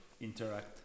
interact